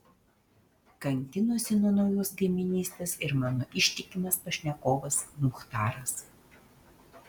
kankinosi nuo naujos kaimynystės ir mano ištikimas pašnekovas muchtaras